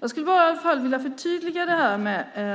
Jag skulle i varje fall vilja förtydliga det här.